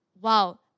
Wow